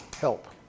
help